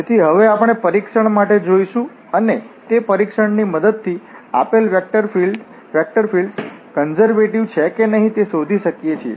તેથી હવે આપણે પરીક્ષણ માટે જઈશું અને તે પરીક્ષણની મદદથી આપેલ વેક્ટર ફીલ્ડ્સ કન્ઝર્વેટિવ છે કે નહીં તે શોધી શકીએ છીએ